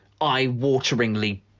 eye-wateringly